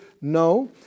no